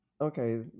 okay